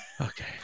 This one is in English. okay